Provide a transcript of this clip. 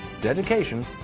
dedication